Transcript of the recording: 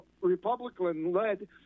Republican-led